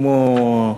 כמו,